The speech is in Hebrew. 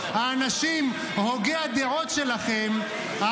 האנשים הוגי הדעות שלכם,